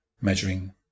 measuring